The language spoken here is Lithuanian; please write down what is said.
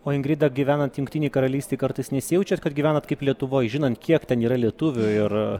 o ingrida gyvenant jungtinėj karalystėj kartais nesijaučiat kad gyvenat kaip lietuvoj žinant kiek ten yra lietuvių ir